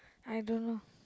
I don't know